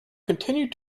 continued